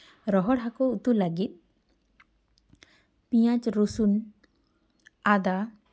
ᱨᱚᱦᱚᱲ ᱦᱟᱹᱠᱩ ᱩᱛᱩ ᱞᱟᱹᱜᱤᱫ ᱯᱮᱸᱭᱟᱡᱽ ᱨᱚᱥᱩᱱ ᱟᱫᱟ